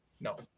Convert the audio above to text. No